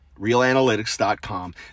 realanalytics.com